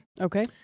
Okay